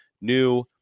new